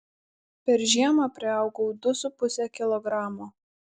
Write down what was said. per žiemą priaugau du su puse kilogramo